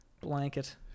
blanket